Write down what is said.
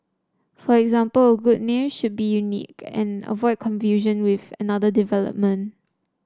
for example a good name should be unique and avoid confusion with another development